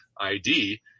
ID